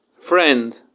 friend